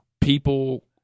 people